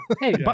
Hey